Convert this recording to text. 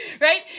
Right